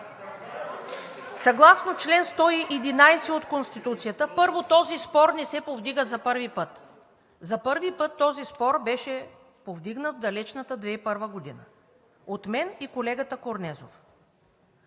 Съгласно чл. 111 от Конституцията, първо, този спор не се повдига за първи път. За първи път този спор беше повдигнат в далечната 2001 г. от мен и колегата Корнезов.